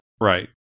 Right